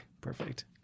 perfect